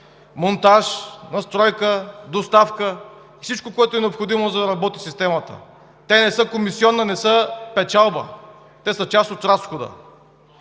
монтаж, настройка, доставка, всичко, което е необходимо, за да работи системата. Те не са комисиона, не са печалба, те са част от разхода.